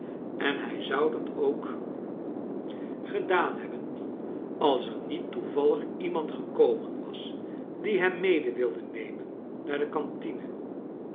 en hij zou dat ook gekleine doeeit daan hebben als er met toevallig iemand gekomen was die hem mede wilde nemen naar de cantine